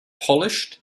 polished